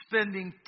Spending